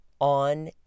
on